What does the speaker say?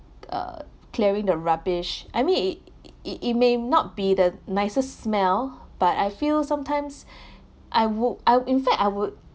uh clearing the rubbish I mean it it it may not be the nicest smell but I feel sometimes I would I'll in fact I would